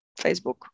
Facebook